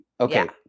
Okay